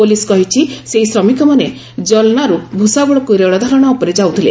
police କହିଛି ସେହି ଶ୍ରମିକମାନେ ଜଲ୍ନାରୁ ଭୁଶାବଳକୁ ରେଳଧାରଣା ଉପରେ ଯାଉଥିଲେ